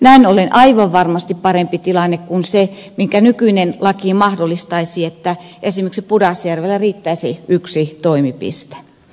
näin ollen se on aivan varmasti parempi tilanne kuin se minkä nykyinen laki mahdollistaisi että esimerkiksi pudasjärvellä riittäisi yksi toimipiste